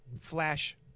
flash